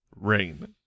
rain